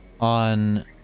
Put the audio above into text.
on